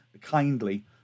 kindly